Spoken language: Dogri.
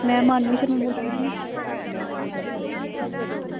मैम मानवी शर्मा बोल्ला नी ऐं